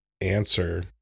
answer